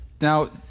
Now